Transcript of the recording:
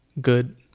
good